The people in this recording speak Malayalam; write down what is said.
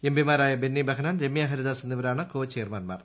എംപിമാരായ ബെന്നി ബഹനാൻ രമൃ ഹരിദാസ്എന്നിവരാണ് കോചെയർമാൻമാർ